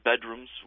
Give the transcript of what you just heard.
bedrooms